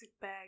bag